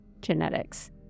genetics